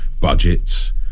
budgets